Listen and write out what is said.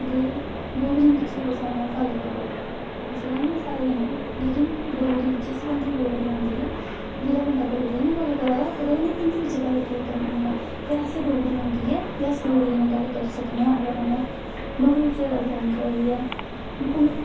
दे डोगरी बिच कुसै ने गल्ल करो अजकल नेईं साढ़े कन्नै लोकिन डोगरी जिस बंदे गी डोगरी औंदी ऐ जेह्ड़ा बंदा डोगरी च नेईं गल्ल करै दा ओहदे कन्नै हिन्दी बिच गल्ल की करनी ऐ अगर असें गी डोगरी औंदी ऐ ते अस डोगरी कन्नै गल्ल करी सकने आं ओह्दे कन्नै डोगरी बिच्चें गल्ल करनी चाहिदी ऐ हून